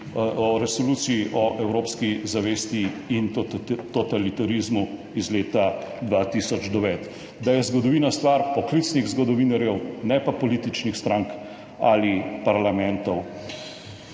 parlamenta o evropski zavesti in totalitarizmu iz leta 2009, da je zgodovina stvar poklicnih zgodovinarjev, ne pa političnih strank ali parlamentov.